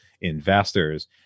investors